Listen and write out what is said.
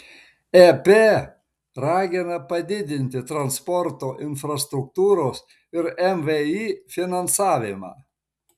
ep ragina padidinti transporto infrastruktūros ir mvį finansavimą